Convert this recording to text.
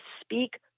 speak